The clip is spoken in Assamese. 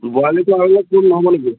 বৰালিটো আৰু কম নহ'ব নেকি